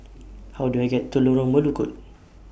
How Do I get to Lorong Melukut